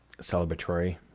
celebratory